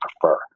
prefer